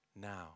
now